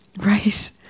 right